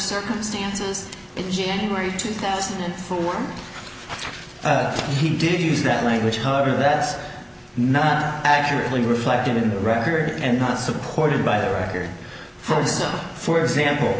circumstances in january two thousand and four he did use that language harder that's not accurately reflected in the record and not supported by the record for example